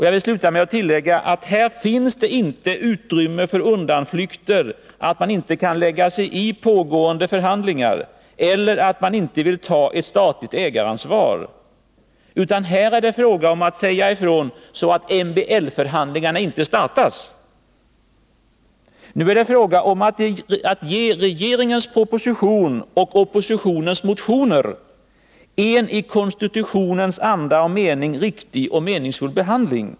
Jag vill sluta med att tillägga att det här inte finns utrymme för undanflykter som att man inte kan lägga sig i pågående förhandlingar eller att maniinte vill ta ett statligt ägaransvar. Här är det fråga om att säga ifrån så att MBL-förhandlingarna inte startas. Nu är det fråga om att ge regeringens proposition och oppositionens motioner en i konstitutionens anda och mening riktig och meningsfull behandling.